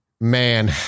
Man